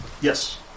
Yes